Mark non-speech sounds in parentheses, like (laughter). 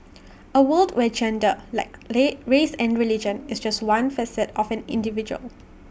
A world where gender like (unintelligible) race and religion is just one facet of an individual